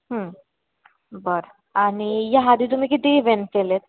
बरं आणि ह्या आधी तुम्ही किती इवेंट केलेत